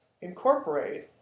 incorporate